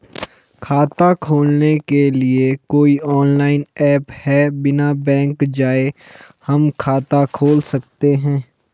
खाता खोलने के लिए कोई ऑनलाइन ऐप है बिना बैंक जाये हम खाता खोल सकते हैं?